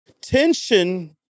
Tension